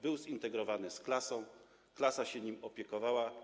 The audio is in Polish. Był zintegrowany z klasą, klasa się nim opiekowała.